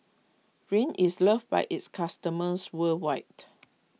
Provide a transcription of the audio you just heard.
Rene is loved by its customers worldwide